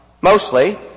mostly